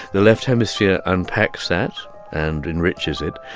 the left hemisphere unpacks that and enriches it.